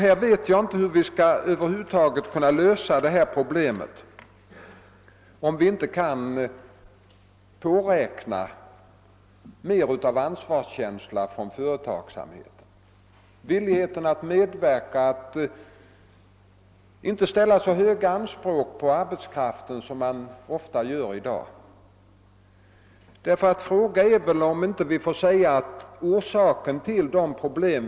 Jag vet inte hur vi över huvud taget skall kunna lösa detta problem, om vi inte kan påräkna mer av ansvarskänsia från företagsamheten. Det krävs villighet att medverka och att inte ställa så höga anspråk på arbetskraften som man ofta gör i dag.